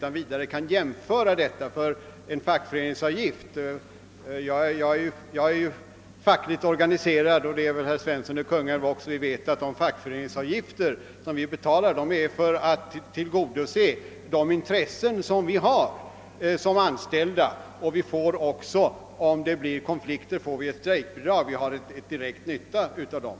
Såväl herr Svensson i Kungälv som jag är fackligt organiserade, och vi vet därför att de fackföreningsavgifter som vi betalar avser att tillgodose de intressen som vi har som anställda. Om det blir konflikter, får vi ett strejkbidrag. Vi har alltså en direkt nytta av dessa avgifter.